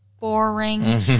boring